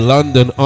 London